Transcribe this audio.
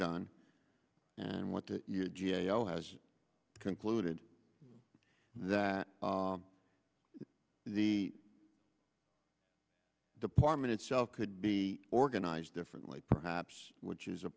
done and what the g a o has concluded that the department itself could be organized differently perhaps which is a